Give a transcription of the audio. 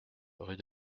rue